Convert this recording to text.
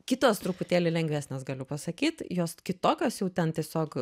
kitos truputėlį lengvesnės galiu pasakyt jos kitokios jau ten tiesiog